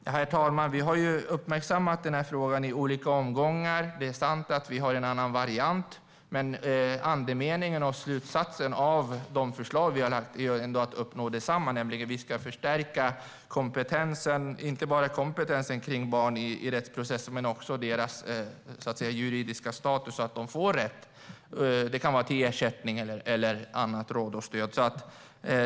Herr talman! Vi har ju uppmärksammat den här frågan i olika omgångar. Det är sant att vi har en annan variant, men andemeningen och slutsatsen av de förslag som vi har lagt fram är att uppnå detsamma, nämligen att man ska förstärka kompetensen kring barn i rättsprocessen och också deras juridiska status så att de får rätt till ersättning eller annat stöd.